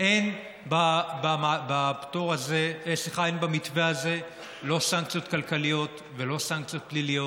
אין במתווה הזה לא סנקציות כלכליות ולא סנקציות פליליות,